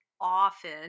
often